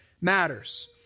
matters